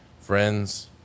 friends